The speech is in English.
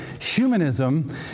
Humanism